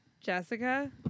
jessica